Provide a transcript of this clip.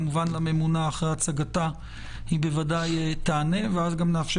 הממונה אחרי הצגתה ודאי תענה ואז נאפשר